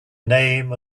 name